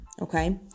Okay